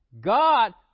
God